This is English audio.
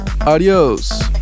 adios